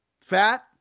fat